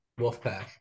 Wolfpack